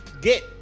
get